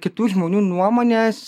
kitų žmonių nuomonės